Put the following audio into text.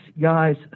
guys